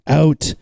out